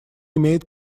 имеет